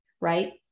right